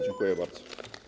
Dziękuję bardzo.